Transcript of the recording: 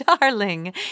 Darling